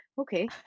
okay